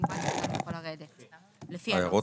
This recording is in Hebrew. ההערות